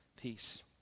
peace